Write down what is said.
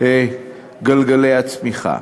גלגלי הצמיחה.